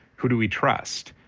who do we trust?